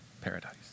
paradise